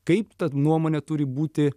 kaip ta nuomonė turi būti